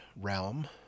realm